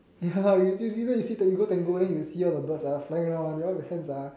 ya you you you know you see you go Tango then you see all the birds ah flying around all the hands ah